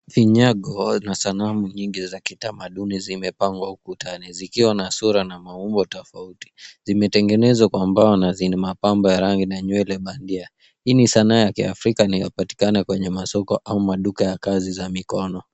Vinyango au na sanamu nyingi za kitamanduni zimepangwa ukutani zikiwa na sura na maumbo tofauti. Zimetengenezwa kwa mbao na zina mapambo ya rangi na nywele bandia. Hii ni sanaa ya kiafrika na inapatikana kwenye masoko au maduka ya kazi za mikono.